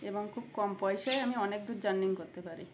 এবং খুব কম পয়সায় আমি অনেক দূর জার্নি করতে পারি